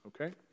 okay